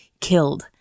killed